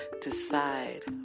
decide